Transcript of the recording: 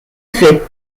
fait